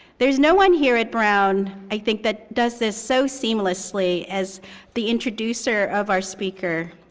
there's no one here at brown, i think, that does this so seamlessly as the introducer of our speaker.